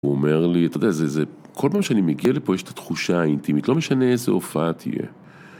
הוא אומר לי, אתה יודע, זה, זה, כל פעם שאני מגיע לפה יש את התחושה האינטימית, לא משנה איזה הופעה תהיה.